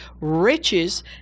riches